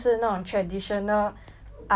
ala carte korean dishes like